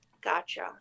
gotcha